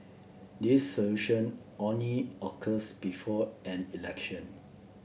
dissolution only occurs before an election